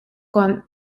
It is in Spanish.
con